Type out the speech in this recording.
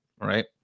right